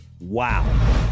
Wow